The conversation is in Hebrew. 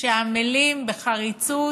שעמלים בחריצות,